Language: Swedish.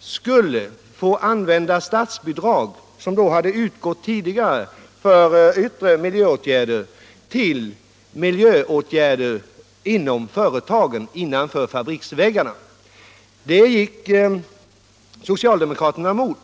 skulle erhålla statsbidrag för miljöåtgärder till miljöåtgärder innanför fabriksväggarna motsvarande de procentsatser som utgått för yttre miljöåtgärder. Detta gick socialdemokraterna emot.